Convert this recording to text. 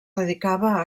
dedicava